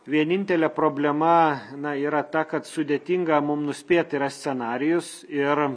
vienintelė problema na yra ta kad sudėtinga mum nuspėt yra scenarijus ir